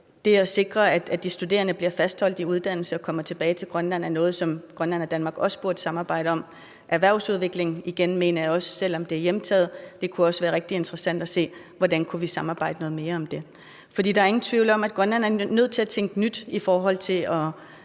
det at sikre, at de studerende bliver fastholdt i uddannelse og kommer tilbage til Grønland, er noget, som Grønland og Danmark også burde samarbejde om. Hvad angår erhvervsudvikling, mener jeg også, selv om det er hjemtaget, at det kunne være rigtig interessant at se, hvordan vi kunne samarbejde noget mere om det. For der er ingen tvivl om, at Grønland er nødt til at tænke nyt i forhold til at